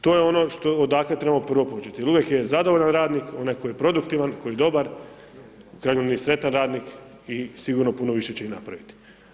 To je ono što, odakle trebamo prvo početi jer uvijek je zadovoljan radnik onaj koji je produktivan, koji je dobar, u krajnjoj liniji sretan radnik i sigurno puno više će i napraviti.